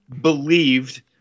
believed